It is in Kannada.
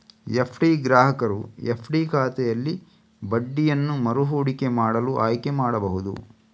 ಎಫ್.ಡಿ ಗ್ರಾಹಕರು ಎಫ್.ಡಿ ಖಾತೆಯಲ್ಲಿ ಬಡ್ಡಿಯನ್ನು ಮರು ಹೂಡಿಕೆ ಮಾಡಲು ಆಯ್ಕೆ ಮಾಡಬಹುದು